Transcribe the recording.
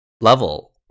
level